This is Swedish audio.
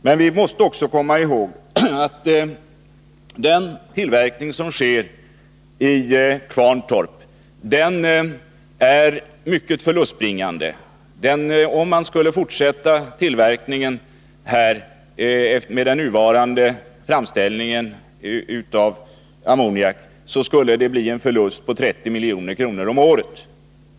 Men vi måste också komma ihåg att den tillverkning som sker i Kvarntorp är mycket förlustbringande. Om man skulle fortsätta Nr 146 den nuvarande framställningen av ammoniak, skulle det medföra en förlust 5; 3 Onsdagen den på 30 milj.kr. om året.